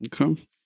Okay